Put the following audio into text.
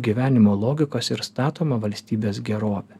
gyvenimo logikos ir statoma valstybės gerovė